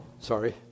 sorry